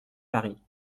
paris